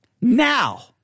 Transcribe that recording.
Now